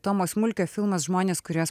tomo smulkio filmas žmonės kuriuos